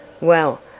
Well